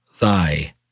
Thy